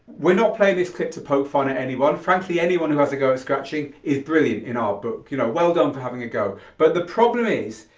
we're not playing this clip to poke fun at anyone, frankly anyone who has a go at scratching is brilliant in our book you know, well done for having a go. but the problem is,